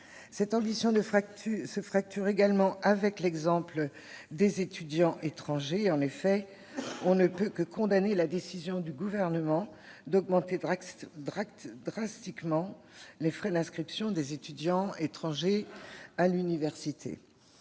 Cette ambition se fracture également avec l'exemple des étudiants étrangers. On ne peut que condamner la décision du Gouvernement d'augmenter drastiquement les frais d'inscription des étudiants étrangers à l'université.